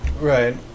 Right